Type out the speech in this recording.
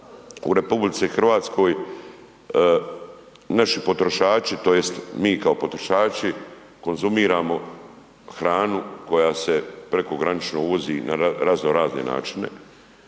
napomenuo da u RH naši potrošači tj. mi kao potrošači konzumiramo hranu koja se prekogranično uvozi na razno razne načine,